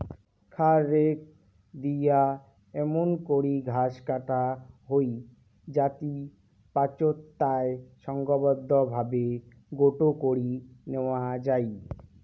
খ্যার রেক দিয়া এমুন করি ঘাস কাটা হই যাতি পাচোত তায় সংঘবদ্ধভাবে গোটো করি ন্যাওয়া যাই